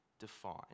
define